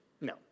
No